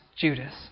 Judas